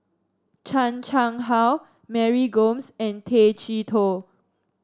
Chan Chang How Mary Gomes and Tay Chee Toh